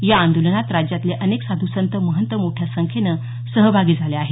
या आंदोलनात राज्यातले अनेक साधू संत महंत मोठ्या संख्येनं सहभागी झाले आहेत